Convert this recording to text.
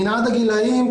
מנעד הגילים,